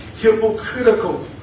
hypocritical